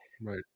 Right